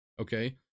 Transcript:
okay